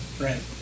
right